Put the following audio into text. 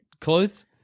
clothes